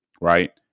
Right